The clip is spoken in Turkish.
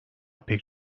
pek